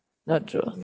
not true